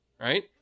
right